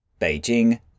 Beijing